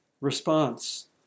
response